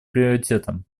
приоритетом